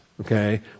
okay